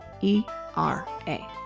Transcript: E-R-A